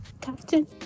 Captain